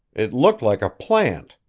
it looked like a plant.